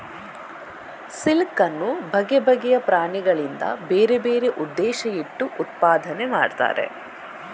silk ಅನ್ನು ಬಗೆ ಬಗೆಯ ಪ್ರಾಣಿಗಳಿಂದ ಬೇರೆ ಬೇರೆ ಉದ್ದೇಶ ಇಟ್ಟು ಉತ್ಪಾದನೆ ಮಾಡ್ತಾರೆ